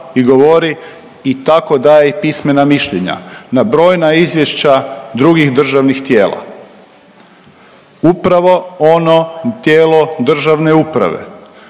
i govori i tako da je i pismena mišljenja na brojna izvješća drugih državnih tijela. Upravo ono tijelo državne uprave